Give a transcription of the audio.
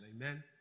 Amen